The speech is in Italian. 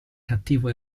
cattivo